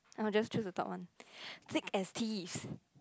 I'll just choose the top one thick as thieves